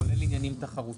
כולל עניינים תחרותיים.